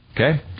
Okay